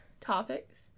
topics